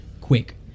quick